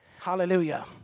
Hallelujah